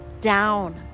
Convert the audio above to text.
down